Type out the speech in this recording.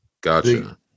gotcha